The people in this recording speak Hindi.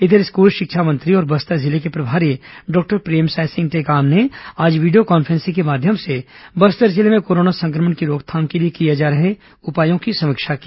इधर स्कूल शिक्षा मंत्री और बस्तर जिले के प्रभारी डॉक्टर प्रेमसाय सिंह टेकाम ने आज वीडियो कॉन्फ्रेंसिंग के माध्यम से बस्तर जिले में कोरोना संक्रमण की रोकथाम के लिए किए जा रहे उपायों की समीक्षा की